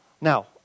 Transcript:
Now